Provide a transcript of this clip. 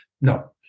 no